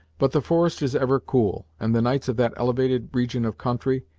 but the forest is ever cool, and the nights of that elevated region of country,